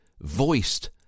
voiced